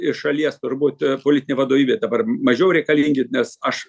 iš šalies turbūt politinei vadovybei dabar mažiau reikalingi nes aš